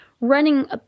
running